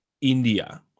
India